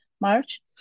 March